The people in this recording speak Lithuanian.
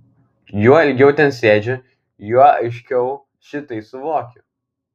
juo ilgiau ten sėdžiu juo aiškiau šitai suvokiu